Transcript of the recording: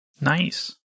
Nice